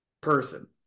person